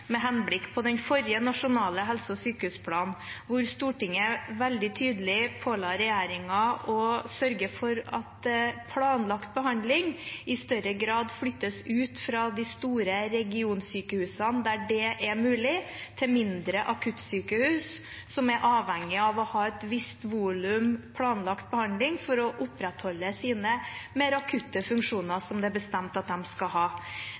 med henblikk på den forrige nasjonale helse- og sykehusplanen, der Stortinget veldig tydelig påla regjeringen å sørge for at planlagt behandling i større grad flyttes ut av de store regionsykehusene der det er mulig, til mindre akuttsykehus, som er avhengige av å ha et visst volum planlagt behandling for å opprettholde sine mer akutte funksjoner som det er bestemt at de skal ha.